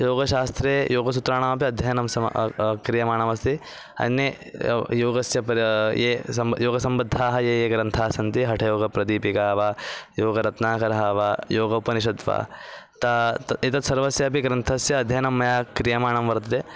योगशास्त्रे योगसूत्राण्यपि अध्ययनं सम क्रियमाणमस्ति अन्ये योगस्य परं ये सं योगसम्बद्धाः ये ये ग्रन्थाः सन्ति हठयोगप्रदीपिका वा योगरत्नाकरः वा योगोपनिषद्वा ताः तत् एतत् सर्वस्यापि ग्रन्थस्य अध्ययनं मया क्रियमाणं वर्तते